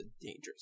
dangerous